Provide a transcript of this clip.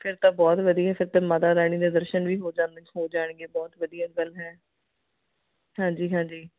ਫਿਰ ਤਾਂ ਬਹੁਤ ਵਧੀਆ ਫਿਰ ਤਾਂ ਮਾਤਾ ਰਾਣੀ ਦੇ ਦਰਸ਼ਨ ਵੀ ਹੋ ਜਾਂਦੇ ਹੋ ਜਾਣਗੇ ਬਹੁਤ ਵਧੀਆ ਗੱਲ ਹੈ ਹਾਂਜੀ ਹਾਂਜੀ